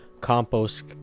compost